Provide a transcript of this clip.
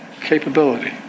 capability